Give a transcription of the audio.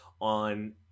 on